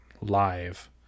live